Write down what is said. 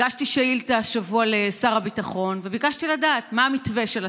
הגשתי שאילתה השבוע לשר הביטחון וביקשתי לדעת מה המתווה של הסיפוח,